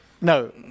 No